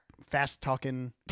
fast-talking-